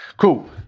Cool